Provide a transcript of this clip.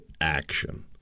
action